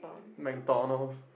McDonalds